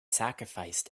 sacrificed